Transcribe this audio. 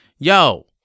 Yo